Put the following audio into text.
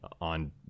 on